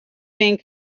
being